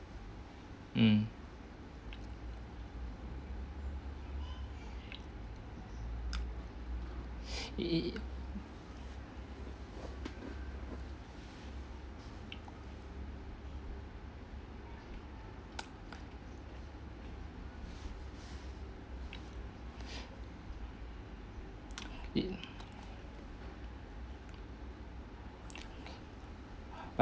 mm